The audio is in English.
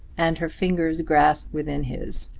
and her fingers grasped within his.